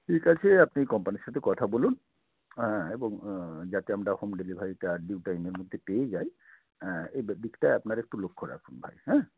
ঠিক আছে আপনি কোম্পানির সাথে কথা বলুন এবং যাতে আমরা হোম ডেলিভারিটা ডিউ টাইমের মধ্যে পেয়ে যাই এই দিকটা আপনারা একটু লক্ষ্য রাখুন ভাই হ্যাঁ